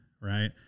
Right